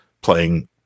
playing